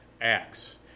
acts